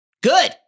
Good